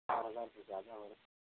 چار ہزار تو زیادہ ہو رہے ہیں